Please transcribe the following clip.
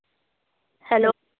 hello